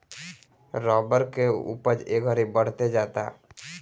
rubber के उपज ए घड़ी बढ़ते जाता